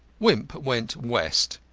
wimp went west.